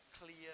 clear